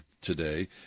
today